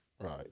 Right